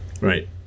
Right